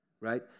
Right